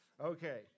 Okay